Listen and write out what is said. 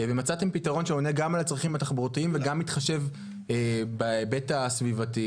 ומצאתם פתרון שעונה גם על הצרכים התחבורתיים וגם מתחשב בהיבט הסביבתי.